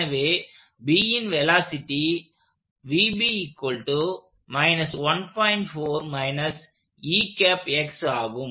எனவே Bன் வெலாசிட்டி ஆகும்